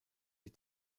die